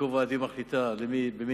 מול בתי-הכנסת,